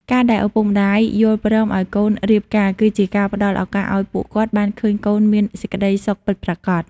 ការដែលឪពុកម្ដាយយល់ព្រមឱ្យកូនរៀបការ គឺជាការផ្ដល់ឱកាសឱ្យពួកគាត់បានឃើញកូនមានសេចក្ដីសុខពិតប្រាកដ។